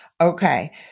Okay